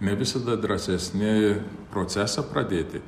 ne visada drąsesni procesą pradėti